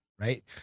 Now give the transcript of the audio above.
right